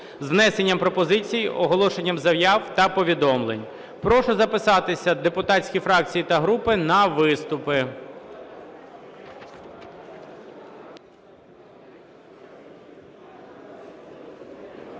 з внесенням пропозицій, оголошенням заяв та повідомлень. Прошу записатися депутатські фракції та групи на виступи.